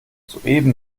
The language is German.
soeben